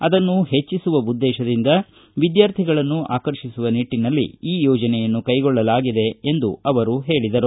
ಅದನ್ನು ಹೆಚ್ಚಿಸುವ ಉದ್ದೇಶದಿಂದ ವಿದ್ಕಾರ್ಥಿಗಳನ್ನು ಆಕರ್ಷಿಸುವ ನಿಟ್ಟನಲ್ಲಿ ಈ ಯೋಜನೆಯನ್ನು ಕೈಗೊಳ್ಳಲಾಗಿದೆ ಎಂದು ಅವರು ಹೇಳಿದರು